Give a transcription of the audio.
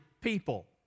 people